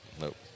nope